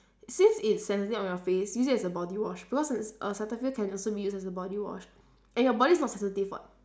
since it's sensitive on your face use it as a body wash because err cetaphil can also be used as a body wash and your body is not sensitive [what]